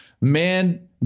man